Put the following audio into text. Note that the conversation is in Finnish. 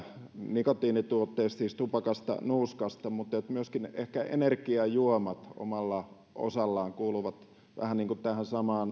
nikotiinituotteista siis tupakasta nuuskasta mutta myöskin ehkä energiajuomat omalla osallaan kuuluvat vähän niin kuin tähän